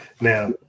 Now